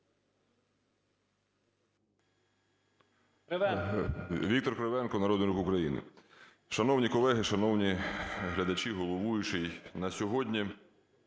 Віктор Кривенко, Народний Рух України. Шановні колеги, шановні глядачі, головуючий! На сьогодні